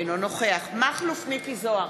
אינו נוכח מכלוף מיקי זוהר,